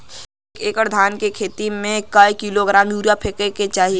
एक एकड़ धान के खेत में क किलोग्राम यूरिया फैकल जाई?